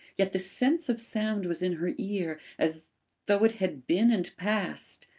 yet the sense of sound was in her ear, as though it had been and passed.